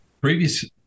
Previous